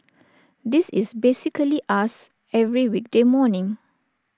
this is basically us every weekday morning